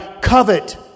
covet